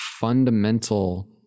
fundamental